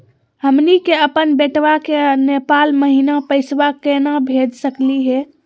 हमनी के अपन बेटवा क नेपाल महिना पैसवा केना भेज सकली हे?